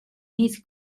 his